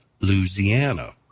Louisiana